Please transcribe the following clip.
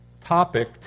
topic